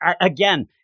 again